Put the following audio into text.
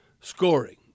scoring